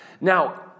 Now